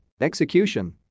Execution